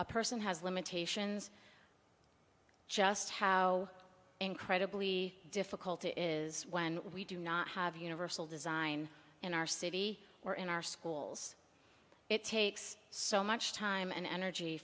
a person has limitations just how incredibly difficult it is when we do not have universal design in our city or in our schools it takes so much time and energy